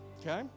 Okay